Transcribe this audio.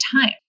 time